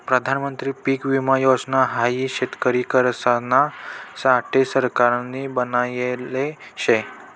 प्रधानमंत्री पीक विमा योजना हाई शेतकरिसना साठे सरकारनी बनायले शे